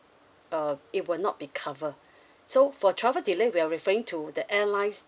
uh it will not be cover so for travel delay we are referring to the airline's